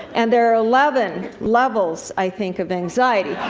and there are eleven levels, i think, of anxiety.